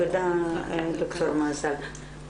תודה ד"ר מזל.